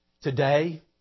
Today